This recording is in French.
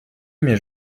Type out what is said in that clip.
mais